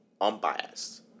unbiased